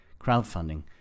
crowdfunding